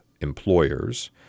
employers